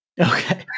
Okay